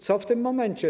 Co w tym momencie?